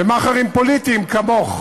ומאכערים פוליטיים כמוך,